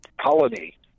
colony